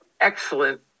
excellent